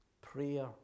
Prayer